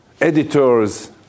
editors